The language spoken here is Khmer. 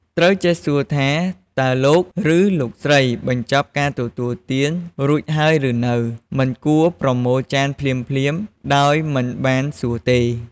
ត្រូវចេះសួរថា "តើលោក ឬ លោកស្រីបញ្ចប់ការទទួលអាហាររួចហើយឬនៅ?" មិនគួរប្រមូលចានភ្លាមៗ ដោយមិនបានសួរទេ។